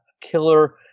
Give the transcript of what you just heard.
killer